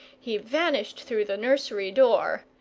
he vanished through the nursery door,